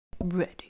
ready